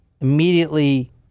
immediately